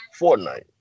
Fortnite